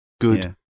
good